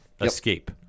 escape